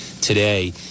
today